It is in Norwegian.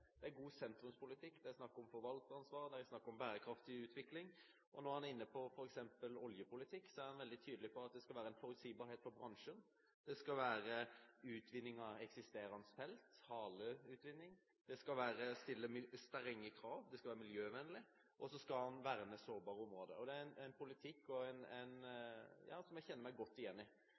Det er god sentrumspolitikk, det er snakk om forvalteransvar, det er snakk om bærekraftig utvikling, og når han er inne på f.eks. oljepolitikk, er han veldig tydelig på at det skal være en forutsigbarhet for bransjen, det skal være utvinning av eksisterende felt, haleutvinning, det skal stilles strenge krav, det skal være miljøvennlig, og så skal han verne sårbare områder. Det er en politikk som jeg kjenner meg godt igjen i.